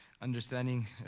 Understanding